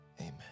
amen